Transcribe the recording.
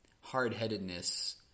hard-headedness